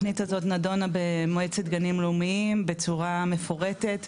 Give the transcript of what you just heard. התוכנית הזאת נדונה במועצת גנים לאומיים בצורה מפורטת ,